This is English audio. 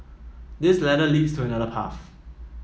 this ladder leads to another path